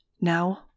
Now